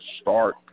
start